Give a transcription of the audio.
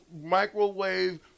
microwave